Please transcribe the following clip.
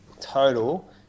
total